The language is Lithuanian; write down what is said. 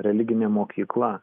religinė mokykla